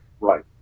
Right